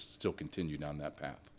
still continue down that path